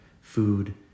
food